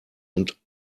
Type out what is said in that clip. und